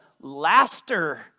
laster